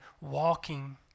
walking